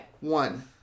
One